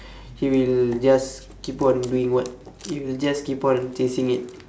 he will just keep on doing work he will just keep on chasing it